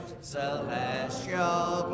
celestial